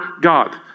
God